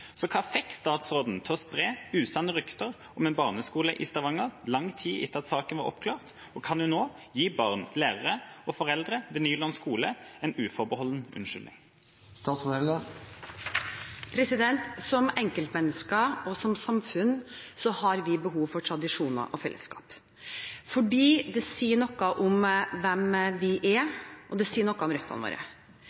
Hva fikk statsråden til å spre usanne rykter om en barneskole i Stavanger, og kan hun nå gi barn, lærere og foreldre ved Nylund skole en uforbeholden unnskyldning?» Som enkeltmennesker og som samfunn har vi behov for tradisjoner og fellesskap, for det sier noe om hvem vi er,